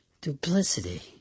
duplicity